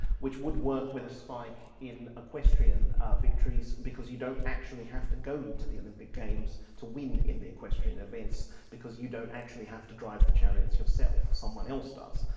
which would work with a spike in equestrian victories because you don't actually have to go to the olympic games to win in the equestrian events because you don't actually have to drive the chariots yourself, someone else does.